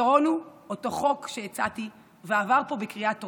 הפתרון הוא אותו חוק שהצעתי ועבר פה בקריאה טרומית,